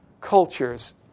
cultures